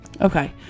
Okay